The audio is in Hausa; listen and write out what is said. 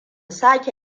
sake